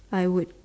I would